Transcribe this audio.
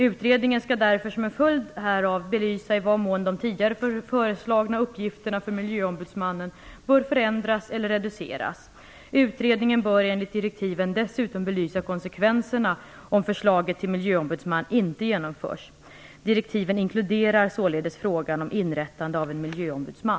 Utredningen skall därför som en följd härav belysa i vad mån de tidigare föreslagna uppgifterna för miljöombudsmannen bör förändras eller reduceras. Utredningen bör enligt direktiven dessutom belysa konsekvenserna om förslaget till miljöombudsman inte genomförs. Direktiven inkluderar således frågan om inrättande av en miljöombudsman.